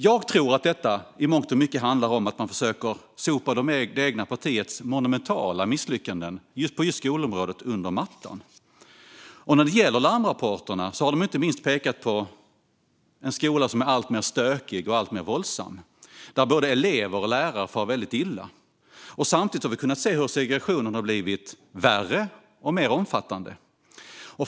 Jag tror att detta i mångt och mycket handlar om att man försöker sopa det egna partiets monumentala misslyckanden på skolområdet under mattan. När det gäller larmrapporterna har dessa inte minst pekat på en skola som är alltmer stökig och alltmer våldsam, där både elever och lärare far väldigt illa. Samtidigt har vi kunnat se hur segregationen har blivit värre och mer omfattande.